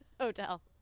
hotel